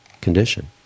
condition